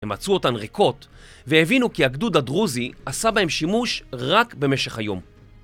הם מצאו אותן ריקות והבינו כי הגדוד הדרוזי עשה בהם שימוש רק במשך היום